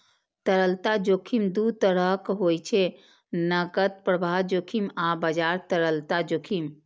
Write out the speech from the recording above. तरलता जोखिम दू तरहक होइ छै, नकद प्रवाह जोखिम आ बाजार तरलता जोखिम